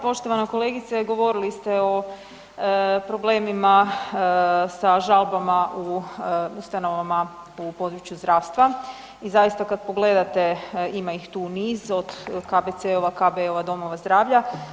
Poštovana kolegice, govorili ste o problemima sa žalbama u ustanovama u području zdravstva i zaista kad pogledate ima ih tu niz, od KBC-ova, KB-ova, domova zdravlja.